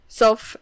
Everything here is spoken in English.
self